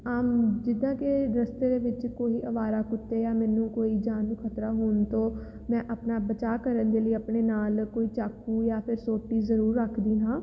ਅਮ ਜਿੱਦਾਂ ਕਿ ਰਸਤੇ ਦੇ ਵਿੱਚ ਕੋਈ ਅਵਾਰਾ ਕੁੱਤੇ ਜਾਂ ਮੈਨੂੰ ਕੋਈ ਜਾਨ ਨੂੰ ਖਤਰਾ ਹੋਣ ਤੋਂ ਮੈਂ ਆਪਣਾ ਬਚਾਅ ਕਰਨ ਦੇ ਲਈ ਆਪਣੇ ਨਾਲ ਕੋਈ ਚਾਕੂ ਜਾਂ ਫਿਰ ਸੋਟੀ ਜ਼ਰੂਰ ਰੱਖਦੀ ਹਾਂ